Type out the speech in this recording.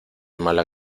mala